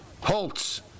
Holtz